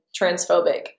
transphobic